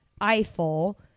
Eiffel